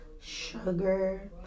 sugar